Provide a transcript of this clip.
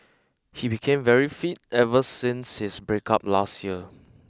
he became very fit ever since his breakup last year